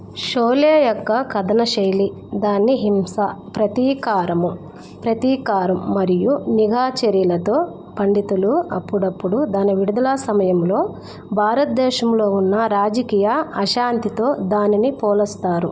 షోలే యొక్క కథనశైలి దాని హింస ప్రతీకారము ప్రతీకారం మరియు నిఘా చర్యలతో పండితులు అప్పుడప్పుడు దాని విడుదలా సమయములో భారత్దేశంలో ఉన్న రాజకీయ అశాంతితో దాన్ని పోలుస్తారు